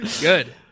Good